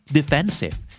Defensive